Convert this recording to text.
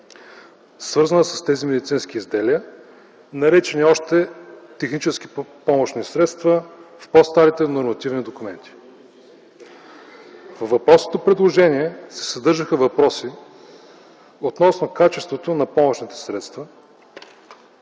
свързана с тези медицински изделия, наречени още технически помощни средства в по-старите нормативни документи. Във въпросното предложение се съдържаха въпроси относно качеството на помощните средства,